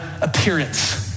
appearance